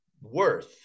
worth